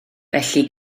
felly